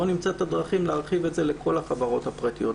בואו נמצא את הדרכים להרחיב את זה לכל החברות הפרטיות.